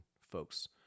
folks